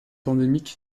endémique